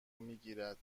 میگیرد